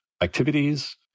activities